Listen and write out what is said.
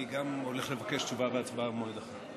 גם אני הולך לבקש תשובה והצבעה במועד אחר.